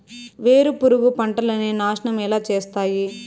వేరుపురుగు పంటలని నాశనం ఎలా చేస్తాయి?